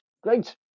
Great